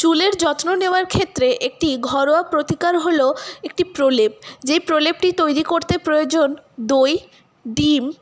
চুলের যত্ন নেওয়ার ক্ষেত্রে একটি ঘরোয়া প্রতিকার হল একটি প্রলেপ যেই প্রলেপটি তৈরি করতে প্রয়োজন দই ডিম